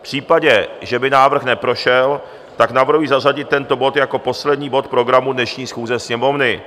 V případě, že by návrh neprošel, tak navrhuji zařadit tento bod jako poslední bod programu dnešní schůze Sněmovny.